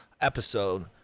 episode